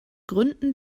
gründen